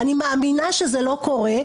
אני מאמינה שזה לא קורה.